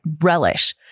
relish